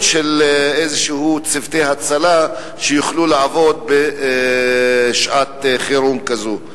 של צוותי הצלה כלשהם שיוכלו לעבוד בשעת חירום כזו.